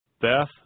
Beth